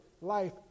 life